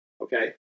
Okay